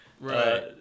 right